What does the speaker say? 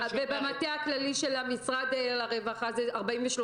ובמטה הכללי של משרד הרווחה זה 43%,